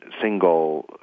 single